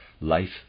life